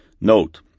Note